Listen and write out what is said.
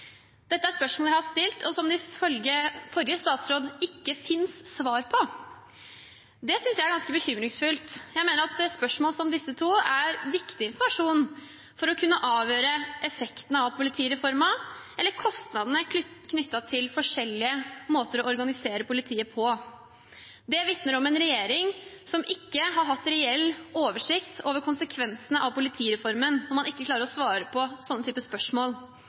Dette er spørsmål jeg har stilt, og som det ifølge forrige statsråd ikke finnes svar på. Det synes jeg er ganske bekymringsfullt. Jeg mener at spørsmål som disse to er viktig informasjon for å kunne avgjøre effektene av politireformen og kostnadene knyttet til forskjellige måter å organisere politiet på. Det vitner om en regjering som ikke har hatt reell oversikt over konsekvensene av politireformen når man ikke klarer å svare på sånne type spørsmål.